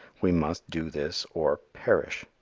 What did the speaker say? we must do this or perish.